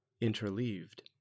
Interleaved